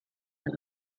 that